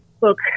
look